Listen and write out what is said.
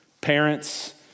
parents